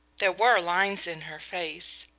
there were lines in her face,